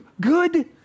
Good